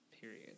Period